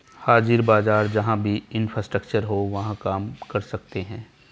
हाजिर बाजार जहां भी इंफ्रास्ट्रक्चर हो वहां काम कर सकते हैं